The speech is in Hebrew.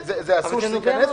אסור שזה ייכנס.